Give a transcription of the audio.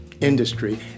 industry